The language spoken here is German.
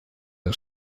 das